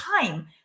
time